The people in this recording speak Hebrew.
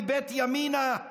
מבית ימינה,